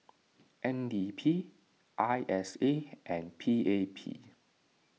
N D P I S A and P A P